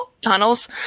tunnels